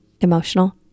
emotional